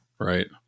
Right